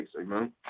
amen